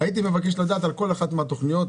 הייתי מבקש לדעת על כל אחת מהתוכניות,